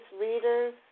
readers